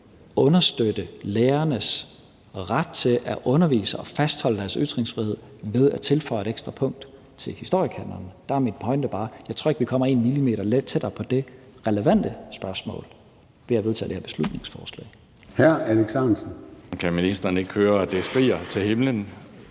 understøtte lærernes ret til at undervise og fastholde deres ytringsfrihed ved at tilføje et ekstra punkt til historiekanonen. Der er min pointe bare, at jeg ikke tror, vi kommer en millimeter tættere på det relevante spørgsmål ved at vedtage det her beslutningsforslag. Kl. 14:48 Formanden (Søren Gade): Hr. Alex Ahrendtsen.